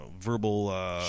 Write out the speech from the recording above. verbal